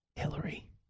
Hillary